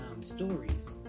stories